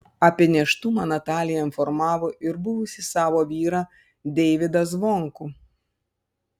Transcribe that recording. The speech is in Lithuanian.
apie nėštumą natalija informavo ir buvusį savo vyrą deivydą zvonkų